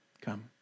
come